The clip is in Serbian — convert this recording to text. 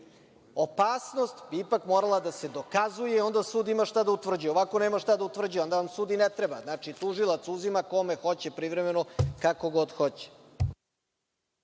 uzmu. Opasnost je ipak morala da se dokazuje, onda sud ima šta da utvrđuje. Ovako nema šta da utvrđuje. Onda vam sud i ne treba. Znači, tužilac uzima kome hoće privremeno, kako god hoće.